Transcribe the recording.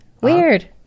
Weird